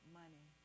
money